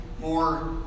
more